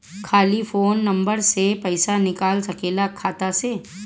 खाली phone number से पईसा निकल सकेला खाता से?